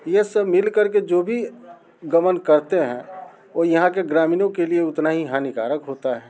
ये सब मिल कर के जो भी गमन करते हैं वो यहाँ के ग्रामीणों के लिए उतना ही हानिकारक होता है